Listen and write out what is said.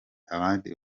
abandi